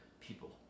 people